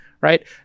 right